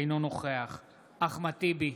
אינו נוכח אחמד טיבי,